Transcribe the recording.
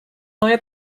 neue